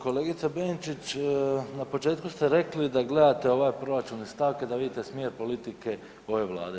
Kolegice Benčić, na početku ste rekli da gledate ove proračune i stavke, da vidite smjer politike ove Vlade.